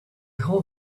hold